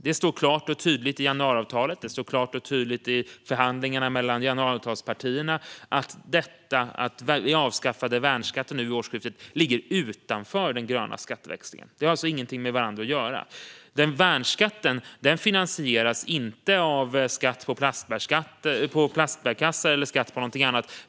Det står klart och tydligt i januariavtalet, och det står klart och tydligt i förhandlingarna mellan januariavtalspartierna, att det att vi avskaffade värnskatten nu vid årsskiftet ligger utanför den gröna skatteväxlingen. Det och skatten på plastbärkassar har alltså ingenting med varandra att göra. Värnskatten finansieras inte av skatt på plastbärkassar eller av skatt på någonting annat.